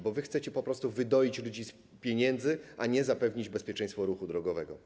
Bo wy chcecie po prostu wydoić ludzi z pieniędzy, a nie zapewnić bezpieczeństwo ruchu drogowego.